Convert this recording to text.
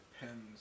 Depends